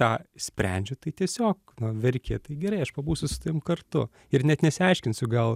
tą sprendžiu tai tiesiog verki tai gerai aš pabūsiu su tavim kartu ir net nesiaiškinsiu gal